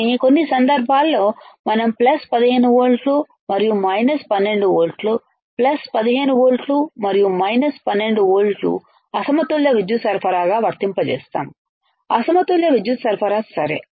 కానీ కొన్ని సందర్భాల్లో మనం ప్లస్ 15 వోల్ట్లు మరియు మైనస్ 12 వోల్ట్లు ప్లస్ 15 వోల్ట్లు మరియు మైనస్ 12 వోల్ట్లను అసమతుల్య విద్యుత్ సరఫరాగా వర్తింపజేస్తాము అసమతుల్య విద్యుత్ సరఫరా సరే